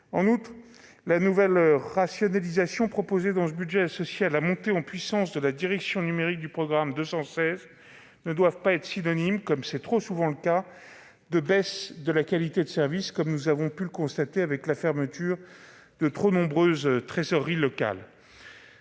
En outre, la nouvelle rationalisation proposée dans ce budget, associée à la montée en puissance de la direction numérique du programme 216, ne doit pas être synonyme, comme c'est trop souvent le cas, de baisse de la qualité de service, comme nous avons pu le constater avec la fermeture de trop nombreuses trésoreries locales.